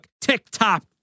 TikTok